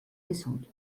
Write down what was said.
gesund